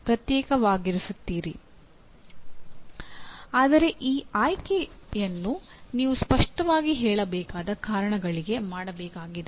ಆದರೆ ಆ ಆಯ್ಕೆಯನ್ನು ನೀವು ಸ್ಪಷ್ಟವಾಗಿ ಹೇಳಬೇಕಾದ ಕಾರಣಗಳಿಗಾಗಿ ಮಾಡಬೇಕಾಗಿದೆ